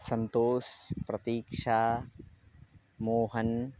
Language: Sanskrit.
सन्तोषः प्रतीक्षा मोहनः